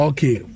Okay